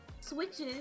switches